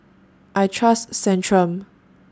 I Trust Centrum